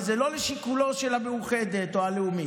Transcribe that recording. וזה לא לשיקולן של מאוחדת או לאומית.